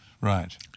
Right